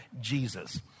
Jesus